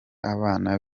abana